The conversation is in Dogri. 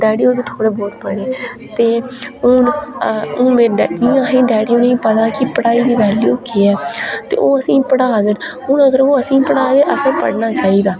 डैढी होर बी थोह्ड़े बहुत पढ़े ते हून हून मेरे डैढी जियां हून डैढी होरें गी पता ऐ कि पढ़ाई दी वैल्यू केह् ऐ ते ओह् असेंगी पढ़ा दे न हून अगर ओह् असेंगी पढ़ा दे असेंगी पढ़ना चाहिदा